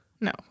No